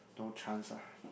no chance ah